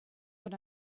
that